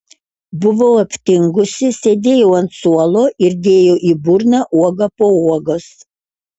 buvau aptingusi sėdėjau ant suolo ir dėjau į burną uogą po uogos